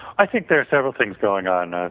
i think there are several things going on, ah